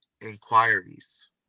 inquiries